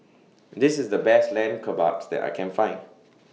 This IS The Best Lamb Kebabs that I Can Find